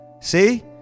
See